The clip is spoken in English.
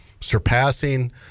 surpassing